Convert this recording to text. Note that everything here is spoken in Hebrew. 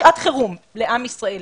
שעת חירום לעם ישראל,